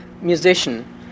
Musician